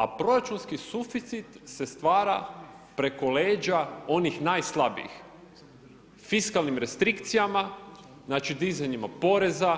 A proračunski suficit se stvara preko leđa onih najslabijih, fiskalnih restrikcijama, znači podizanjima poreza